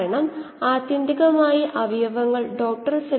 നമ്മൾ എന്തിനാണ് ഇതൊക്കെ ചെയ്യുന്നത്